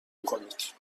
کنید